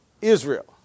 Israel